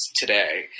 today